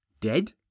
dead